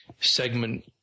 segment